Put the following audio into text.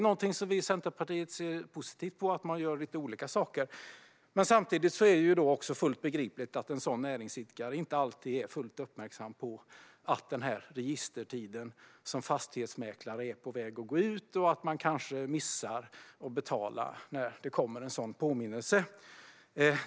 Vi i Centerpartiet ser positivt på möjligheten att göra olika saker, men samtidigt är det fullt begripligt att en sådan näringsidkare inte alltid är fullt uppmärksam på att registreringstiden som fastighetsmäklare är på väg att gå ut och kanske missar att betala när det kommer en påminnelse.